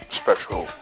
special